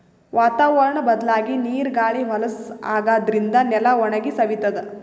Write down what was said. ವಾತಾವರ್ಣ್ ಬದ್ಲಾಗಿ ನೀರ್ ಗಾಳಿ ಹೊಲಸ್ ಆಗಾದ್ರಿನ್ದ ನೆಲ ಒಣಗಿ ಸವಿತದ್